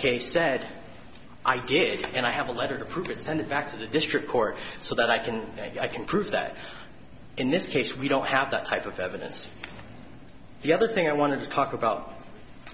case said i did and i have a letter to prove it send it back to the district court so that i can i can prove that in this case we don't have that type of evidence the other thing i want to talk about